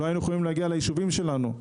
ולא יכולנו להגיע ליישובים שלנו.